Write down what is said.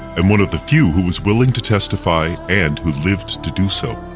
and one of the few who was willing to testify and who lived to do so.